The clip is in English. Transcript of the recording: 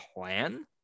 plan